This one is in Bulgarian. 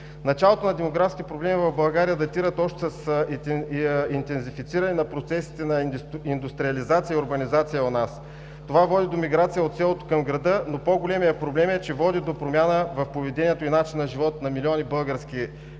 Началото на демографските проблеми в България датират още с интензифициране на процесите на индустриализация и урбанизация у нас. Това води до миграция от селото към града, но по-големият проблем е, че води до промяна в поведението и начина на живот на милиони български граждани